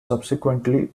subsequently